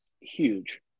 huge